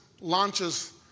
launches